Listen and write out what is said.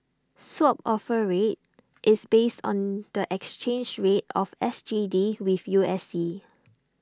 swap offer rate is based on the exchange rate of S G D with U S D